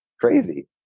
crazy